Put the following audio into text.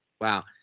Wow